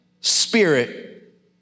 spirit